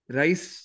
rice